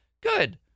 good